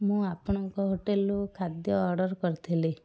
ମୁଁ ଆପଣଙ୍କ ହୋଟେଲରୁ ଖାଦ୍ୟ ଅର୍ଡ଼ର କରିଥିଲି